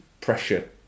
pressure